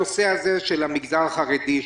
הנושא של המגזר החרדי,